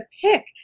pick